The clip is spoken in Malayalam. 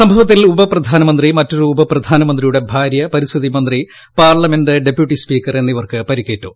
സംഭവത്തിൽ ഉപപ്രധാനമന്ത്രി മറ്റൊരു ഉപപ്രധാനമന്ത്രിയുടെ ഭാര്യ പരിസ്ഥിതി മന്ത്രി പാർലമെന്റ് ഡെപ്യൂട്ടി സ്പീക്കർ എന്നിവർക്ക് പരിക്കേറ്റു